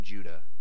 Judah